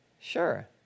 Sure